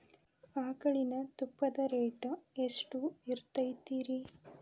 ಆಕಳಿನ ತುಪ್ಪದ ರೇಟ್ ಎಷ್ಟು ಇರತೇತಿ ರಿ?